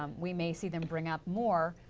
um we may see them bring up more,